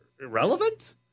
irrelevant